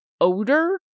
odor